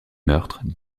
meurtres